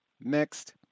Next